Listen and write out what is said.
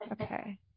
Okay